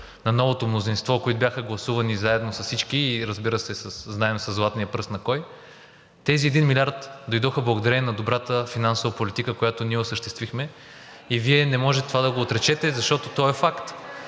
на новото мнозинство, които бяха гласувани заедно с всички и разбира се, знаем със златния пръст на кого – тези 1 млрд. дойдоха благодарение на добрата финансова политика, която ние осъществихме, и Вие не можете това да го отречете, защото то е факт.